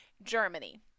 germany